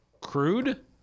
Crude